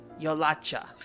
Yolacha